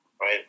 right